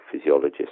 physiologist